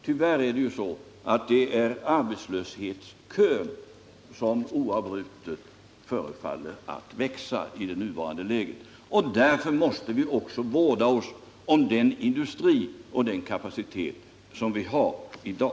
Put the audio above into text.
Tyvärr är det ju så att det är arbetslöshetskön som förefaller att oavbrutet växa i det nuvarande läget. Därför måste vi också vårda oss om den industri och den kapacitet vi har i dag.